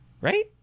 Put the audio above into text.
right